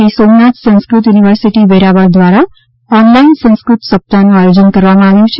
Shri Somnath Sanskrit University Veraval દ્વારા online Sanskrit સપ્તાહનું આયોજન કરવામાં આવ્યું છે